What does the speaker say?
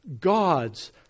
God's